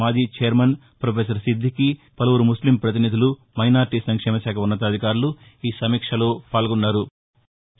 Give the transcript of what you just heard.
మాజీ chairman professor Siddiqui పలువురు ముస్లిం ప్రతినిధులు మైనార్టీ సంక్షేమశాఖ ఉన్నతాధికారులు ఈ సమీక్షలో పాల్గొన్నారు